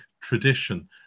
tradition